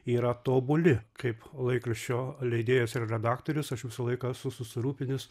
yra tobuli kaip laikraščio leidėjas ir redaktorius aš visą laiką esu susirūpinęs